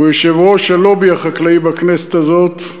הוא יושב-ראש הלובי החקלאי בכנסת הזאת.